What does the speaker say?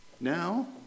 Now